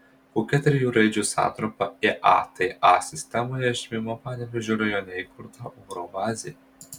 kokia trijų raidžių santrumpa iata sistemoje žymima panevėžio rajone įkurta oro bazė